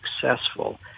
successful